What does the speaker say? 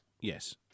Yes